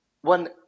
One